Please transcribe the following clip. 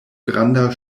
granda